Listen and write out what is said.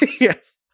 Yes